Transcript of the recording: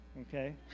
okay